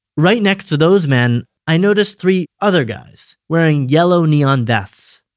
right next to those men, i noticed three other guys, wearing yellow neon vests.